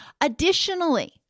Additionally